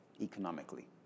economically